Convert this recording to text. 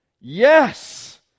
yes